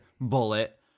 bullet